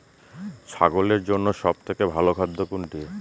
ছাগলের জন্য সব থেকে ভালো খাদ্য কোনটি?